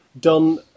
done